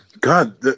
God